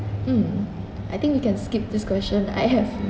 mm I think you can skip this question I have